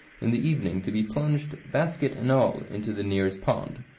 in the evening to be plunged, basket and all, into the nearest pond.